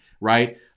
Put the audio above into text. right